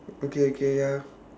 okay okay ya